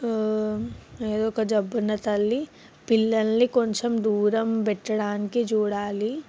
ఏదో ఒక జబ్బు ఉన్న తల్లి పిల్లలని కొంచెం దూరం పెట్టడానికి చూడాలి